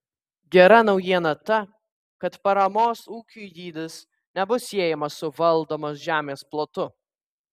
gera naujiena ta kad paramos ūkiui dydis nebus siejamas su valdomos žemės plotu